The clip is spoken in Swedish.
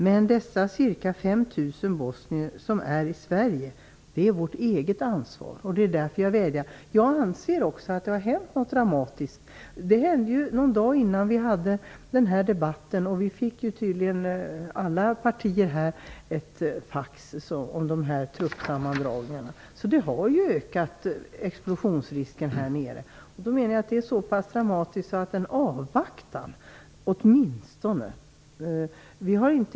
Men dessa ca 5 000 bosnier som är i Sverige är vårt eget ansvar. Det är därför jag vädjar. Jag anser också att det har hänt något dramatiskt. Det hände någon dag innan vi hade den förra debatten. Alla partier fick tydligen ett fax om truppsammandragningarna. Explosionsrisken har ökat där nere. Det menar jag är så pass dramatiskt att åtminstone en avvaktan vore rimlig.